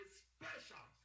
special